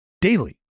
daily